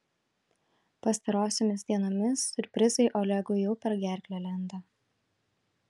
pastarosiomis dienomis siurprizai olegui jau per gerklę lenda